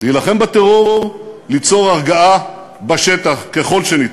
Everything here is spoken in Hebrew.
להילחם בטרור, ליצור הרגעה בשטח ככל האפשר.